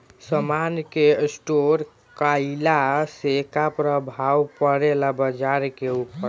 समान के स्टोर काइला से का प्रभाव परे ला बाजार के ऊपर?